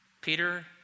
Peter